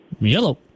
yellow